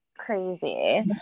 crazy